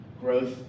growth